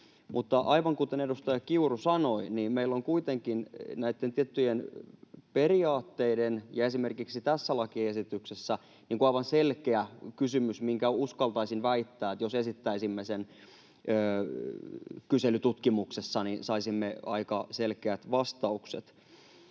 aivan kuten edustaja Kiuru sanoi, meillä on kuitenkin näitä tiettyjä periaatteita. Esimerkiksi tässä lakiesityksessä on aivan selkeä kysymys, ja uskaltaisin väittää, että jos esittäisimme sen kyselytutkimuksessa, niin saisimme aika selkeät vastaukset.